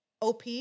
OP